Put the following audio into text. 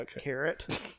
carrot